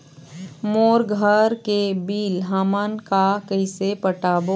मोर घर के बिल हमन का कइसे पटाबो?